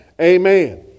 Amen